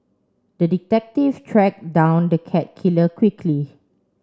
the detective tracked down the cat killer quickly